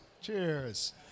Cheers